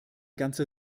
ganze